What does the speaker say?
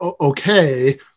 okay